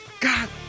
God